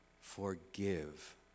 Forgive